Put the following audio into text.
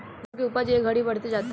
rubber के उपज ए घड़ी बढ़ते जाता